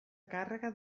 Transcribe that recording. càrrega